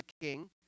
King